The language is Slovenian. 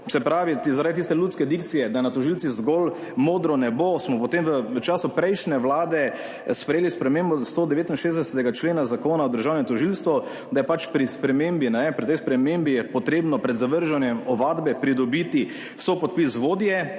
Zaradi tiste ljudske dikcije, da je nad tožilci zgolj modro nebo, smo potem v času prejšnje vlade sprejeli spremembo 169. člena Zakona o državnem tožilstvu, da je pač pri tej spremembi potrebno pred zavrženjem ovadbe pridobiti sopodpis vodje